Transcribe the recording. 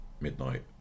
midnight